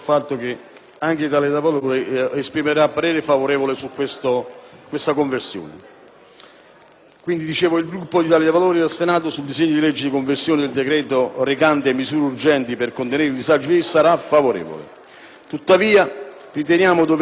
Il voto del Gruppo Italia dei Valori del Senato sul disegno di legge di conversione del decreto recante misure urgenti per contenere il disagio abitativo sarà favorevole. Tuttavia, riteniamo doveroso sottolineare come i dieci giorni scarsi concessi al Senato per esaminare il decreto